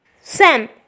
Sam